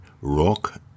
rock